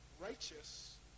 Righteous